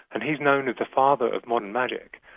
and he is known as the father of modern magic.